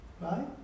Right